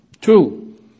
Two